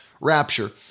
rapture